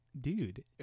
Dude